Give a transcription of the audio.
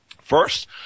first